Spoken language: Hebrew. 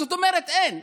זאת אומרת אין,